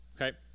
okay